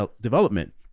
development